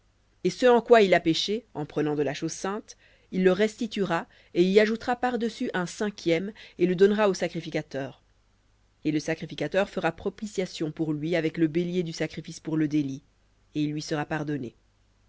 et ce en quoi il a péché de la chose sainte il le restituera et y ajoutera par-dessus un cinquième et le donnera au sacrificateur et le sacrificateur fera propitiation pour lui avec le bélier du sacrifice pour le délit et il lui sera pardonné